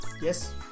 Yes